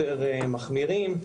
יותר מחמירים.